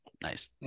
Nice